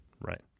Right